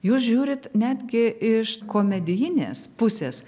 jūs žiūrit netgi iš komedijinės pusės